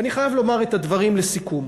ואני חייב לומר את הדברים לסיכום: